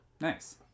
Nice